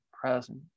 present